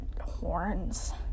horns